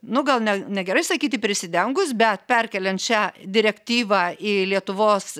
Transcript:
nu gal ne negerai sakyti prisidengus bet perkeliant šią direktyvą į lietuvos